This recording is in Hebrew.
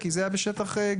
כי זה היה בשטח גלילי,